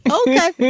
Okay